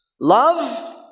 Love